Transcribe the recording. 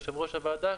יושב-ראש הוועדה,